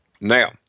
Now